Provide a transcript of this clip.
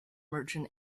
merchant